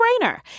no-brainer